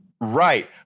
Right